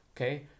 okay